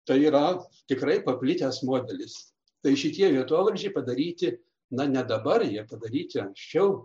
tai yra tikrai paplitęs modelis tai šitie vietovardžiai padaryti na ne dabar jie padaryti anksčiau